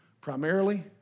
primarily